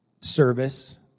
service